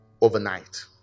overnight